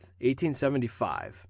1875